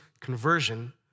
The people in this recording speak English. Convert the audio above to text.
conversion